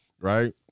right